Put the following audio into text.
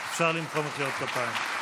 אפשר למחוא מחיאות כפיים.